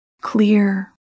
Clear